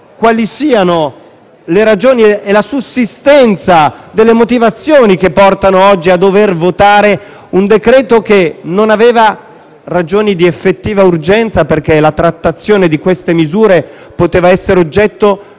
quali siano le ragioni e se sussistano le motivazioni che portano oggi a votare un decreto-legge che non aveva ragioni di effettiva urgenza perché la trattazione delle misure che contiene poteva essere oggetto